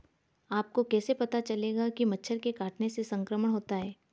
आपको कैसे पता चलेगा कि मच्छर के काटने से संक्रमण होता है?